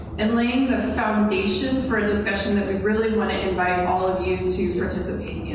and lay the foundation for a discussion that we really want to invite all of you to participate